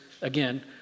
again